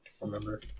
remember